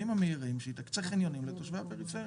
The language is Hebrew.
המהירים, שהיא תקצה חניונים לתושבי הפריפריה.